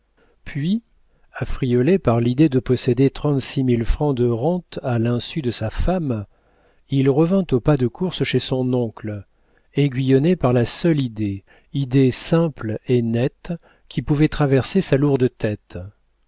puis affriolé par l'idée de posséder trente-six mille francs de rente à l'insu de sa femme il revint au pas de course chez son oncle aiguillonné par la seule idée idée simple et nette qui pouvait traverser sa lourde tête